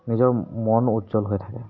নিজৰ মন উজ্জ্বল হৈ থাকে